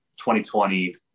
2020